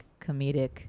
comedic